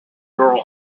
girl